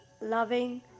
loving